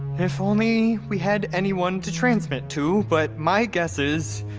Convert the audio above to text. if only we had anyone to transmit to, but my guess is,